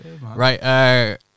right